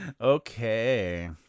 Okay